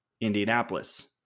Indianapolis